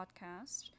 Podcast